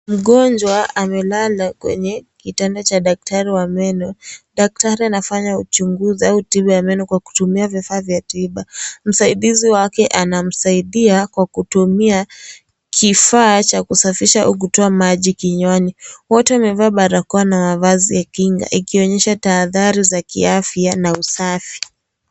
Mgonjwa amelala kwenye kitanda cha daktari wa meno. Daktari anafanya uchunguzi au tiba ya meno kwa kutumia vifaa vya tiba. Msaidizi wake, anamsaidia kwa kutumia kifaa cha kusafisha au kutoa maji kinywani. Wote wamevaa barakoa na mavazi ya kinga, ikionyesha tahadhari ya kiafya na usafi.